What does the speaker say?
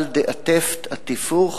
על דאטפת אטפוך